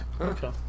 Okay